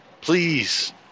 Please